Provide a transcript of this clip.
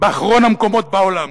באחרון המקומות בעולם,